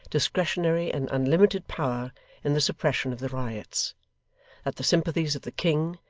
discretionary and unlimited power in the suppression of the riots that the sympathies of the king,